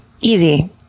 Easy